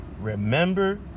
Remember